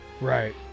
Right